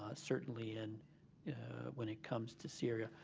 ah certainly and when it comes to syria.